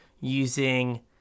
using